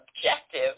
objective